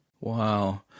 Wow